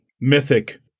mythic